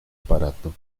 aparato